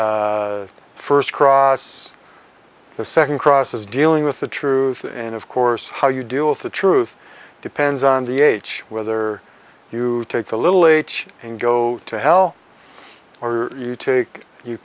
first cross the second cross is dealing with the truth and of course how you deal with the truth depends on the age whether you take the little h and go to hell or you take you